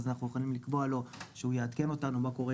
אז אנחנו יכולים לקבוע לו שהוא יעדכן אותנו מה קורה